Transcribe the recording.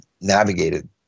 navigated